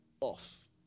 off